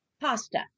pasta